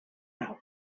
nau